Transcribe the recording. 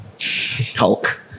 Hulk